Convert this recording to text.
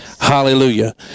Hallelujah